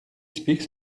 speaks